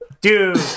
Dude